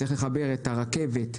צריך לחבר את הרכבת.